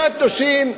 מה בא לפני קדושים?